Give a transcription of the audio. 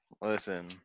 Listen